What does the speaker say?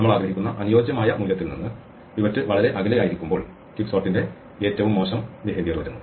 നമ്മൾ ആഗ്രഹിക്കുന്ന അനുയോജ്യമായ മൂല്യത്തിൽ നിന്ന് പിവറ്റ് വളരെ അകലെയായിരിക്കുമ്പോൾ ക്വിക്സോർട്ടിന്റെ ഏറ്റവും മോശം പെരുമാറ്റം വരുന്നു